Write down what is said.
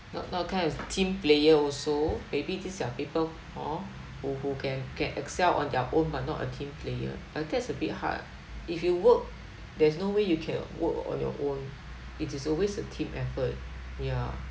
not not kind is team player also maybe this are people hor who who can can excel on their own but not a team player uh that's a bit hard if you work there's no way you can work on your own it is always a team effort ya